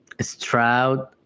Stroud